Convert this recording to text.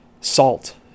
salt